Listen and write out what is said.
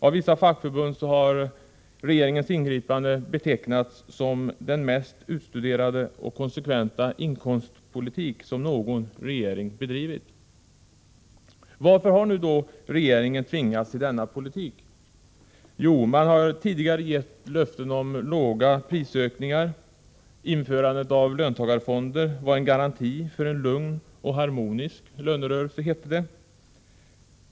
Av vissa fackförbund har regeringens ingripande betecknats som den mest utstuderade och konsekventa inkomstpolitik som någon regering bedrivit. Varför har då regeringen tvingats till denna politik? Jo, man har tidigare gett löften om små prisökningar. Införandet av löntagarfonder var en garanti för en lugn och harmonisk lönerörelse, hette det.